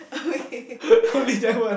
only that one